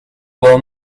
well